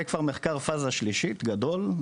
זה כבר מחקר פאזה שלישית גדול,